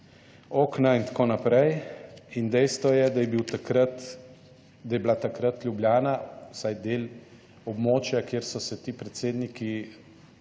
okna in tako naprej. In dejstvo je, da je bil takrat, da je bila takrat Ljubljana vsaj del območja, kjer so se ti predsedniki